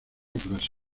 clase